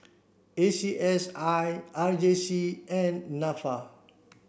A C S I R J C and NAFA